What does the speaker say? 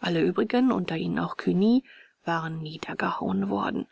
alle übrigen unter ihnen auch cugny waren niedergehauen worden